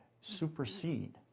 supersede